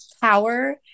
power